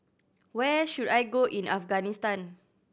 where should I go in Afghanistan